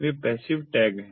वे passive tag हैं